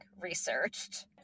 researched